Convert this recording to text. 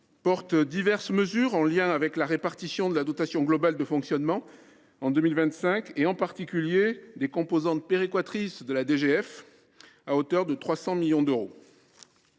porte diverses mesures en lien avec la répartition de la dotation globale de fonctionnement (DGF) en 2025, en particulier des composantes péréquatrices de cette dotation, à hauteur de 300 millions d’euros.